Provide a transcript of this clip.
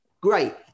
Great